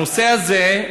הנושא הזה,